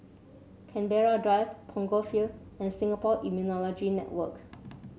Canberra Drive Punggol Field and Singapore Immunology Network